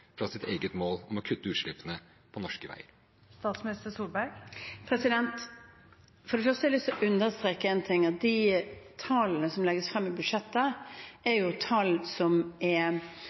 fra sitt eget mål om å kutte utslippene på norske veier? For det første har jeg lyst til å understreke at de tallene som legges frem i budsjettet, er tall som er